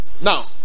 now